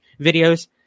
videos